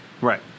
right